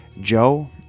joe